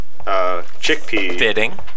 chickpea